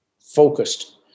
focused